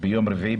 במכתב ביום רביעי,